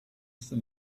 for